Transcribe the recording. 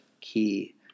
key